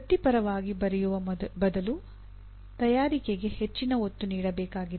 ವೃತ್ತಿಪರವಾಗಿ ಬರೆಯುವ ಬದಲು ತಯಾರಿಕೆಗೆ ಹೆಚ್ಚಿನ ಒತ್ತು ನೀಡಬೇಕಾಗಿದೆ